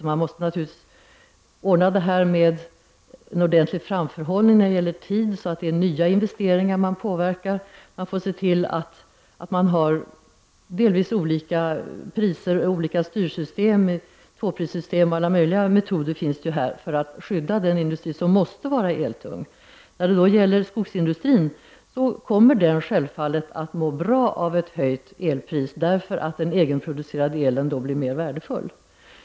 Detta måste naturligtvis ordnas med en bättre framförhållning i tiden så att de nya investeringarna påverkas. Man får se till att man delvis har olika priser och olika styrsystem, tvåprissystem och alla möjliga metoder som finns, för att skydda den industri som måste vara eltung. När det gäller skogsindustrin kommer den självfallet att må bra av ett höjt elpris, eftersom den egenproducerade elen då blir mer värdefull.